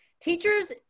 Teachers